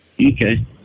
Okay